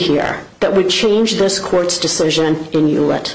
here that would change this court's decision in you